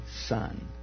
Son